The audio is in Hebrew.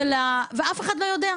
ואף אחד לא יודע.